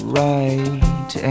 right